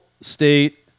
state